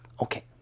Okay